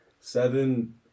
seven